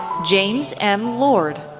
james m. lord,